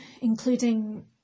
including